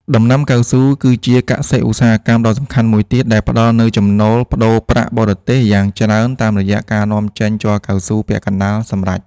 ដំណាំកៅស៊ូគឺជាកសិឧស្សាហកម្មដ៏សំខាន់មួយទៀត ដែលផ្ដល់នូវចំណូលប្តូរប្រាក់បរទេសយ៉ាងច្រើនតាមរយៈការនាំចេញជ័រកៅស៊ូពាក់កណ្ដាលសម្រេច។